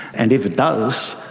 and if it does,